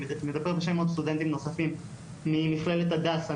אני מדבר בשם עוד סטודנטים נוספים ממכללת הדסה,